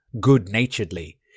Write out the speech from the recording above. good-naturedly